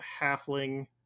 halfling